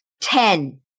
Ten